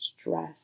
stress